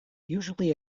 usually